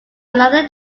another